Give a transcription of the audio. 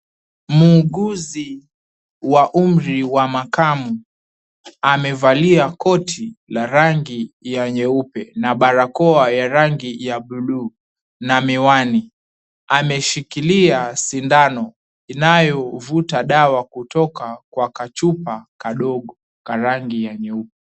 Muuguzi wa umri wa makamu amevalia koti la rangi ya nyeupe na barakoa ya rangi ya buluu na miwani. Ameshikilia sindano inayovuta dawa kutoka kwa kachupa kadogo ka rangi ya nyeupe.